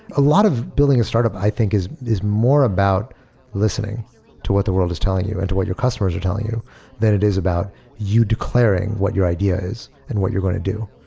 a lot of building a startup i think is is more about listening to what the world is telling you and to what your customers are telling you than it is about you declaring what your idea is and what you're going to do.